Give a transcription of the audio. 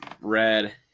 Red